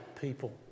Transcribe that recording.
people